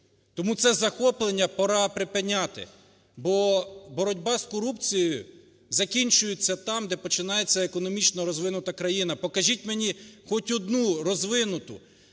Тому це захоплення пора припиняти, бо боротьба з корупцією закінчується там, де починається економічно розвинута країна. Покажіть мені хоч одну розвинуту